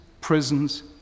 prisons